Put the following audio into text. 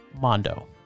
Mondo